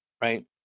right